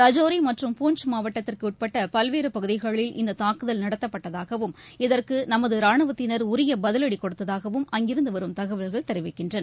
ரஜோிமற்றும் பூஞ்ச் மாவட்டத்திற்குஉட்பட்டபல்வேறுபகுதிகளில் இந்ததாக்குதல் நடத்தப்பட்டதாகவும் இதற்குநமதரானுவத்தினர் உரியபதிவடிகொடுத்ததாகவும் அங்கிருந்துவரும் தகவல்கள் தெரிவிக்கின்றன